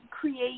create